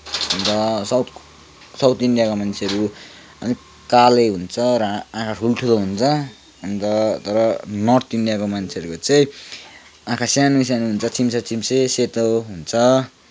अन्त south south इन्डियाको मान्छेहरू अलिक काले हुन्छ र आँखा ठुल्ठुलो हुन्छ अन्त तर नर्थ इन्डियाको मान्छेहरूको चाहिँ आँखा सानो सानो हुन्छ चिम्से चिम्से सेतो हुन्छ